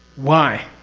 why?